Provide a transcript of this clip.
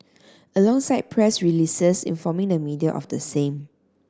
alongside press releases informing the media of the same